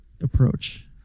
approach